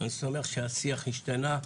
אני שמח שהשיח השתנה.